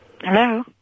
Hello